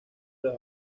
los